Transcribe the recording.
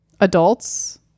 adults